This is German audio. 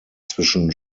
zwischen